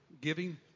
giving